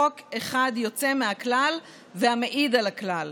חוק אחד יוצא מהכלל המעיד על הכלל.